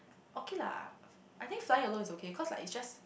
okay lah I think fly alone is okay cause like is just